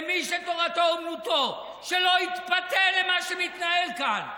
למי שתורתו אומנותו, שלא יתפתה למה שמתנהל כאן.